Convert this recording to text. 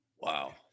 Wow